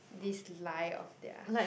this lie of theirs